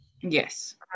yes